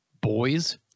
boys